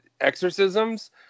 exorcisms